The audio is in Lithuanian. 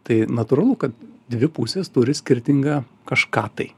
tai natūralu kad dvi pusės turi skirtingą kažką tai